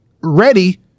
ready